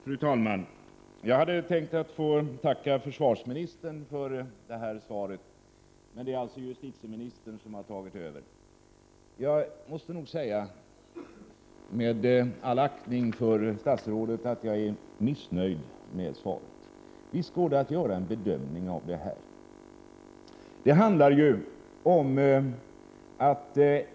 Fru talman! Jag hade tänkt att få tacka försvarsministern för det här svaret, men justitieministern har alltså tagit över. Jag måste nog säga, med all aktning för statsrådet, att jag är missnöjd med svaret. Visst går det att göra en bedömning.